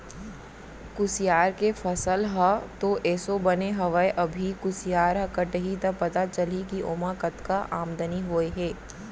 कुसियार के फसल ह तो एसो बने हवय अभी कुसियार ह कटही त पता चलही के ओमा कतका आमदनी होय हे